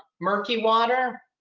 murky water,